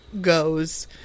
goes